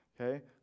Okay